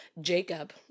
Jacob